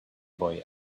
boy